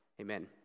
Amen